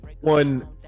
one